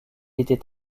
était